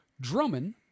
Drummond